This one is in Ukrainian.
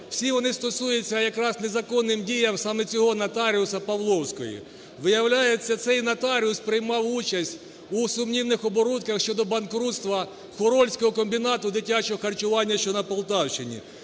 всі вони стосуються якраз незаконним діям саме цього нотаріуса Павловської. Виявляється, цей нотаріус приймав участь у сумнівних оборудках щодо банкрутства Хорольського комбінату дитячого харчування, що на Полтавщині.